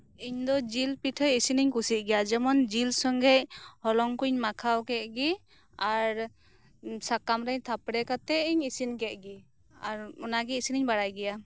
ᱤᱧᱫᱚ ᱡᱮᱹᱞᱯᱤᱴᱷᱟᱹ ᱤᱥᱤᱱᱤᱧ ᱠᱩᱥᱤᱭᱟᱜ ᱜᱮᱭᱟ ᱡᱮᱢᱚᱱ ᱡᱮᱞ ᱥᱚᱸᱜᱮ ᱦᱚᱞᱚᱝᱠᱩᱧ ᱢᱟᱠᱷᱟᱣ ᱠᱮᱫ ᱜᱮ ᱟᱨ ᱥᱟᱠᱟᱢ ᱨᱮ ᱛᱷᱟᱯᱲᱮ ᱠᱟᱛᱮᱫ ᱤᱧ ᱤᱥᱤᱱ ᱠᱮᱫ ᱜᱮ ᱟᱨ ᱚᱱᱟᱜᱮ ᱤᱥᱤᱱᱤᱧ ᱵᱟᱲᱟᱭ ᱜᱮᱭᱟ